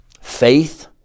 Faith